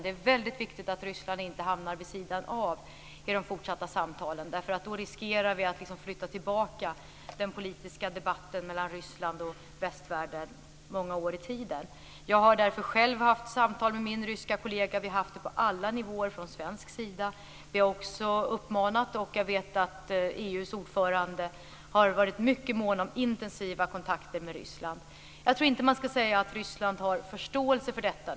Det är väldigt viktigt att Ryssland inte hamnar vid sidan av i de fortsatta samtalen. Då riskerar vi att flytta tillbaka den politiska debatten mellan Ryssland och västvärlden många år i tiden. Jag har därför själv haft samtal med min ryska kollega. Vi har haft samtal på alla nivåer från svensk sida. Vi har också uppmanat till, och jag vet att EU:s ordförande har varit mycket mån om, intensiva kontakter med Ryssland. Jag tror inte att man skall säga att Ryssland har förståelse för detta.